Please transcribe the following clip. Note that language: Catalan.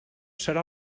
serà